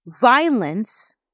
violence